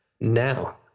Now